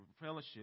fellowship